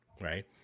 Right